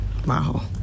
Wow